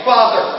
Father